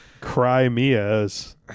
Crimeas